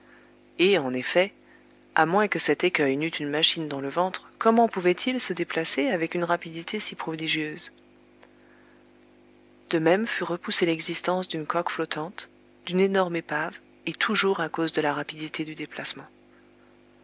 et en effet à moins que cet écueil n'eût une machine dans le ventre comment pouvait-il se déplacer avec une rapidité si prodigieuse de même fut repoussée l'existence d'une coque flottante d'une énorme épave et toujours à cause de la rapidité du déplacement